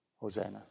Hosanna